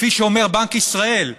כפי שאומר בנק ישראל,